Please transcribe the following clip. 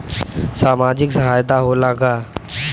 सामाजिक सहायता होला का?